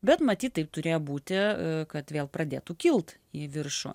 bet matyt taip turėjo būti kad vėl pradėtų kilt į viršų